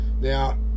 Now